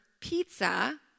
pizza